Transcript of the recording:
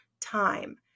time